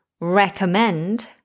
recommend